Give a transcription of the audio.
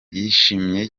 yishimiye